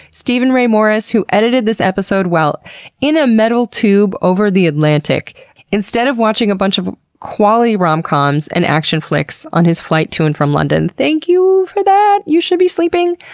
steven ray morris, who edited this episode while in a metal tube over the atlantic instead of watching a bunch of quality rom-coms and action flicks on his flight to and from london. thank you for that! you should be sleeping!